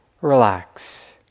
relax